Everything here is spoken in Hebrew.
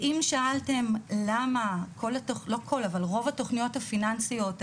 ואם שאלתם למה רוב התוכניות הפיננסיות,